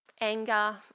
anger